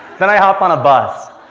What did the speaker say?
then i hop on a bus.